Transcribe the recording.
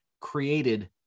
created